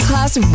Class